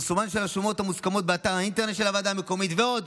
פרסומן של השומות המוסכמות באתר האינטרנט של הוועדה המקומית ועוד.